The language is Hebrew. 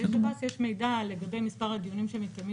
בידי שב"ס יש מידע לגבי מספר הדיונים שמתקיימים